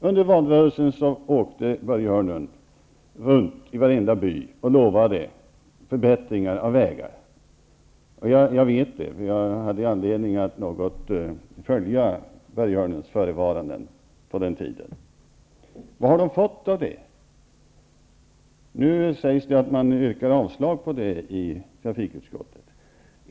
Under valrörelsen åkte Börje Hörnlund runt i varenda by och lovade förbättringar av vägar. Jag vet det, eftersom jag hade anledning att något följa Börje Hörnlunds förehavanden på den tiden. Vad har de fått ut av de löftena? Nu yrkar trafikutskottet avslag på det förslaget.